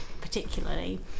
particularly